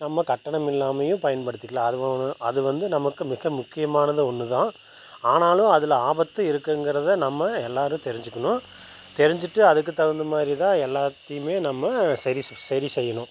நம்ம கட்டணம் இல்லாமையும் பயன்படுத்திக்கலாம் அது வந்து நமக்கு மிக முக்கியமானது ஒன்று தான் ஆனாலும் அதில் ஆபத்தும் இருக்குங்கிறதை நம்ம எல்லாரும் தெரிஞ்சுக்கணும் தெரிஞ்சுகிட்டு அதுக்கு தகுந்த மாதிரி தான் எல்லாத்தையுமே நம்ம சரி சரி செய்யணும்